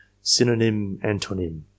Synonym-Antonym